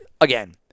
again